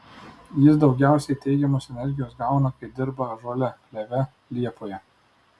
jis daugiausiai teigiamos energijos gauna kai dirba ąžuole kleve liepoje